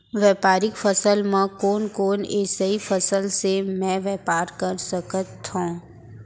व्यापारिक फसल म कोन कोन एसई फसल से मैं व्यापार कर सकत हो?